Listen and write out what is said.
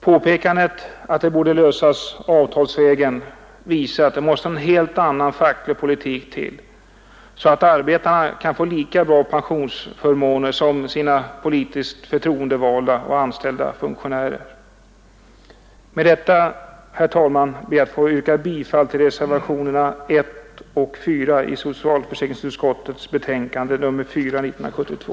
Påpekandet att det borde lösas avtalsvägen visar att det måste en helt annan facklig politik till, så att arbetarna kan få lika bra pensionsförmåner som sina politiskt förtroendevalda och anställda funktionärer. Med detta, herr talman, ber jag att få yrka bifall till reservationerna 1 och 4 i socialförsäkringsutskottets betänkande nr 4 år 1972.